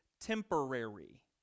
temporary